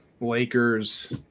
Lakers